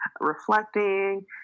reflecting